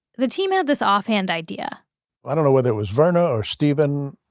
the team had this offhand idea i don't know whether it was verna or steven,